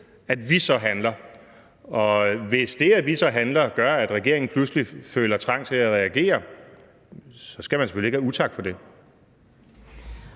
at vi handler, og hvis det, at vi handler, gør, at regeringen pludselig føler trang til at reagere, så skal man selvfølgelig ikke have utak for det.